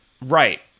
Right